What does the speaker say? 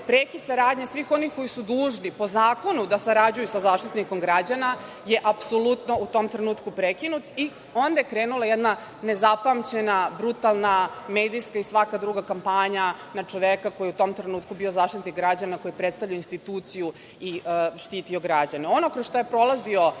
prekid saradnje svih onih koji su dužni po zakonu da sarađuju sa Zaštitnikom građana, je apsolutno u tom trenutku prekinut i onda je krenula jedna nezapamćena, brutalna, medijska i svaka druga kampanja na čoveka koji je u tom trenutku bio Zaštitnik građana, koji je predstavljao instituciju i štitio građane. Ono kroz šta je prolazio